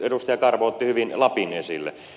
karvo otti hyvin lapin esille